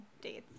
dates